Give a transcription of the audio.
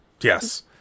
Yes